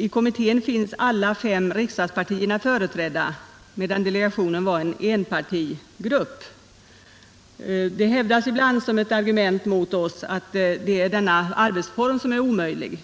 I kommittén finns alla fem riksdagspartierna företrädda medan delegationen var en enpartigrupp. Det hävdas ibland som ett argument mot kommittén att den har en omöjlig arbetsform.